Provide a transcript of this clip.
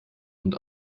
und